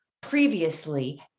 previously